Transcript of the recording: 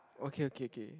okay okay K